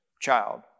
child